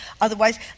Otherwise